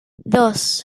dos